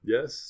Yes